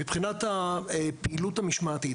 מבחינת הפעילות המשמעתית,